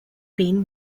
been